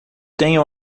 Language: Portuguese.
tenho